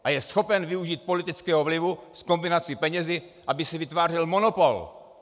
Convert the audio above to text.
A je schopen využít politického vlivu v kombinaci s penězi, aby si vytvářel monopol.